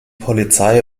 polizei